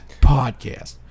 Podcast